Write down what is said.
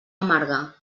amarga